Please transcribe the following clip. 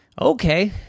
Okay